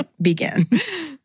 begins